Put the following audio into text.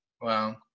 Wow